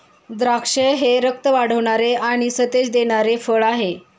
द्राक्षे हे रक्त वाढवणारे आणि सतेज देणारे फळ आहे